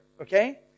Okay